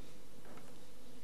האם יהיה כאן רוב יהודי?